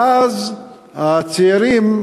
ואז הצעירים,